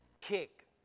kick